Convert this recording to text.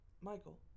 Michael